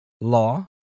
law